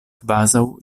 kvazaŭ